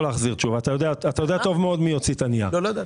מה יקרה אם יהיו שתי משכורות כמו שהאוצר דורש?